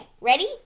ready